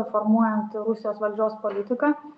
formuojant rusijos valdžios politiką